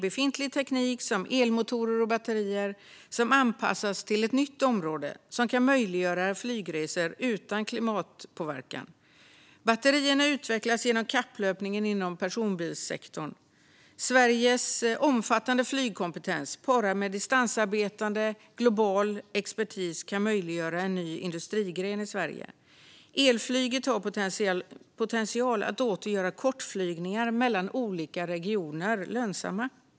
Befintlig teknik, som elmotorer och batterier, anpassas till ett nytt område som kan möjliggöra flygresor utan klimatpåverkan. Batterierna utvecklas genom kapplöpningen inom personbilssektorn. Sveriges omfattande flygkompetens, parad med distansarbetande global expertis, kan möjliggöra en ny industrigren i Sverige. Elflyget har potential att åter göra kortflygningar mellan olika regioner lönsamma.